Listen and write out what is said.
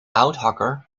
houthakker